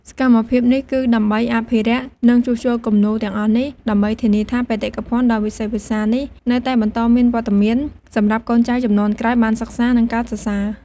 សកម្មភាពនេះគឺដើម្បីអភិរក្ស និងជួសជុលគំនូរទាំងអស់នេះ ដើម្បីធានាថាបេតិកភណ្ឌដ៏វិសេសវិសាលនេះនៅតែបន្តមានវត្តមានសម្រាប់កូនចៅជំនាន់ក្រោយបានសិក្សា និងកោតសរសើរ។